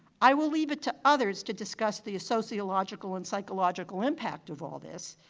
i will leave it to others to discuss the sociological and psychological impact of all this,